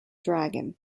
dragon